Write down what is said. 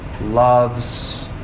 loves